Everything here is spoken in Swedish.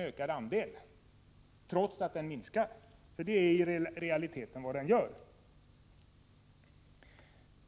ökar, trots att totalen minskar, vilket i realiteten är vad den gör.